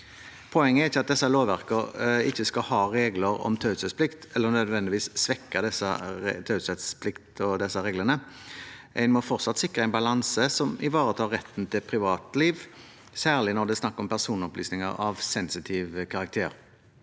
Poenget er ikke at disse lovverkene ikke skal ha regler om taushetsplikt eller nødvendigvis å svekke disse reglene. En må fortsatt sikre en balanse som ivaretar retten til privatliv, særlig når det er snakk om personopplysninger av sensitiv karakter.